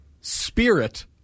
spirit